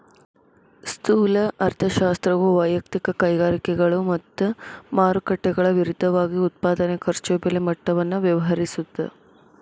ಸ್ಥೂಲ ಅರ್ಥಶಾಸ್ತ್ರವು ವಯಕ್ತಿಕ ಕೈಗಾರಿಕೆಗಳು ಮತ್ತ ಮಾರುಕಟ್ಟೆಗಳ ವಿರುದ್ಧವಾಗಿ ಉತ್ಪಾದನೆ ಖರ್ಚು ಬೆಲೆ ಮಟ್ಟವನ್ನ ವ್ಯವಹರಿಸುತ್ತ